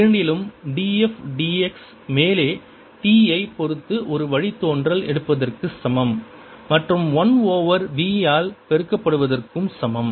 இரண்டிலும் df dx மேலே t ஐ பொருத்து ஒரு வழித்தோன்றல் எடுப்பதற்கு சமம் மற்றும் 1 ஓவர் v ஆல் பெருக்கப்படுவதற்கும் சமம்